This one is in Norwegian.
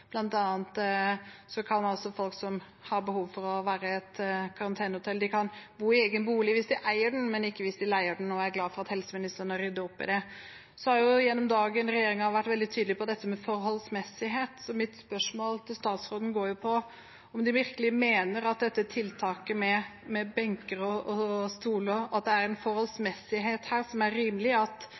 kan folk som har behov for å være på et karantenehotell, bo i egen bolig hvis de eier den, men ikke hvis de leier den. Jeg er glad for at helseministeren har ryddet opp i det. Regjeringen har gjennom dagen vært veldig tydelig på dette med forholdsmessighet. Så mitt spørsmål til statsråden går på om de virkelig mener når det gjelder dette tiltaket med benker og stoler, at det er en forholdsmessighet her som er rimelig, at